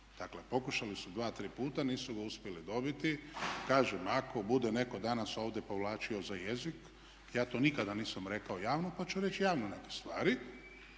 Dakle pokušali su dva, tri puta, nisu ga uspjeli dobiti. Kažem ako bude netko danas ovdje povlačio za jezik, ja to nikada nisam rekao javno, pa ću reći javno neke stvari,